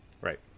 Right